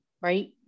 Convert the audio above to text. right